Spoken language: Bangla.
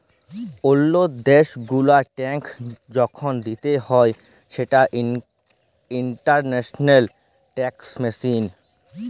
ওল্লো দ্যাশ গুলার ট্যাক্স যখল দিতে হ্যয় সেটা ইন্টারন্যাশনাল ট্যাক্সএশিন